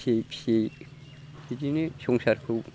फियै फियै बिदिनो संसारखौ